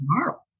tomorrow